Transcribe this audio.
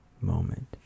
moment